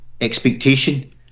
expectation